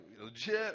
legit